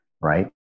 right